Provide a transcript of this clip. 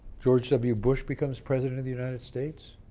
george w. bush becomes president of the united states.